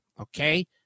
okay